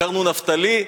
הכרנו נפתלי,